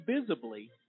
visibly